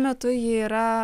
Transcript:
metu ji yra